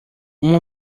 uma